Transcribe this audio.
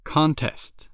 Contest